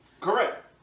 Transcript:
Correct